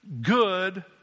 good